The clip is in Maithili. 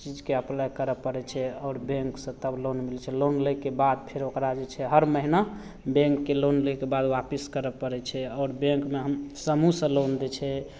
चीजके अप्लाइ करै पड़ै छै आओर बैँकसे तब लोन मिलै छै लोन लैके बाद फेर ओकरा जे छै हर महिना बैँकके लोन लैके बाद आपस करै पड़ै छै आओर बैँकमे हम समूहसे लोन दै छै